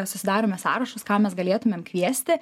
susidarome sąrašus ką mes galėtumėm kviesti